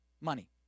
Money